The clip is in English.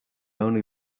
only